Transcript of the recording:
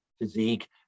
Physique